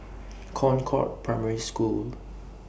Concord Primary School